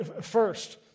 First